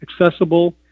accessible